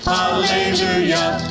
hallelujah